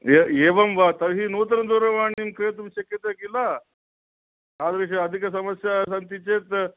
ए एवं वा तर्हि नूतनदूरवाणीं क्रेतुं शक्यते किल तादृश अधिकसमस्याः सन्ति चेत्